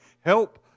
Help